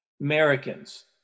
Americans